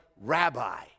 Rabbi